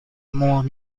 more